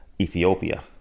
ethiopia